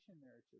narrative